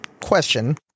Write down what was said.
question